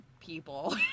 people